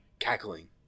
cackling